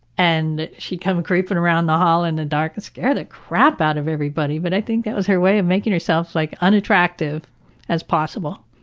and she'd come creeping around the hall and and scare the crap out of everybody, but i think that was her way of making herself, like, unattractive as possible,